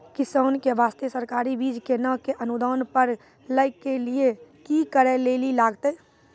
किसान के बास्ते सरकारी बीज केना कऽ अनुदान पर लै के लिए की करै लेली लागतै?